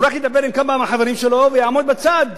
הוא רק ידבר עם כמה מהחברים שלו ויעמוד בצד.